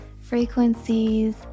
frequencies